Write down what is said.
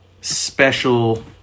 special